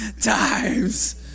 times